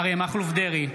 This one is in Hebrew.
אריה מכלוף דרעי,